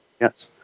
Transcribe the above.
yes